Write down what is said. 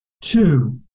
two